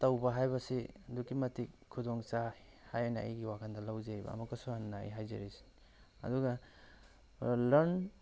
ꯇꯧꯕ ꯍꯥꯏꯕꯁꯤ ꯑꯗꯨꯛꯀꯤ ꯃꯇꯤꯛ ꯈꯨꯗꯣꯡ ꯆꯥꯏ ꯍꯥꯏꯅ ꯑꯩꯒꯤ ꯋꯥꯈꯜꯗ ꯂꯧꯖꯩꯌꯦꯕ ꯑꯃꯨꯛꯀꯁꯨ ꯍꯟꯅ ꯑꯩ ꯍꯥꯏꯖꯔꯤ ꯑꯗꯨꯒ ꯂ꯭ꯔꯟ